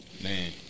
Man